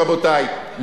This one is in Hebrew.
רבותי,